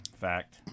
Fact